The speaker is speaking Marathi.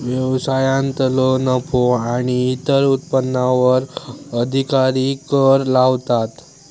व्यवसायांतलो नफो आणि इतर उत्पन्नावर अधिकारी कर लावतात